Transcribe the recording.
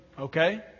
okay